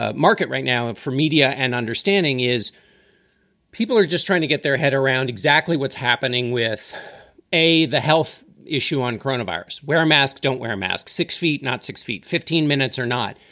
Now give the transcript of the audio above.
ah market right now and for media and understanding is people are just trying to get their head around exactly what's happening with a the health issue on coronavirus. wear a mask. don't wear a mask. six feet, not six feet, fifteen minutes or not,